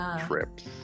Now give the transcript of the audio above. trips